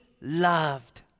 loved